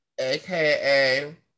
aka